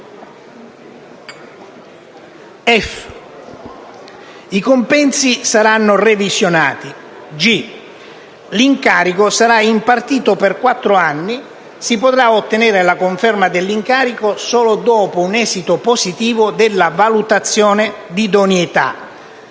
i compensi saranno revisionati. In settimo luogo, l'incarico sarà impartito per quattro anni. Si potrà ottenere la conferma dell'incarico solo dopo un esito positivo della valutazione d'idoneità,